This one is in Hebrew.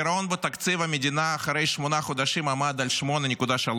הגירעון בתקציב המדינה אחרי שמונה חודשים עמד על 8.3%,